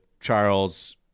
Charles